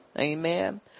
Amen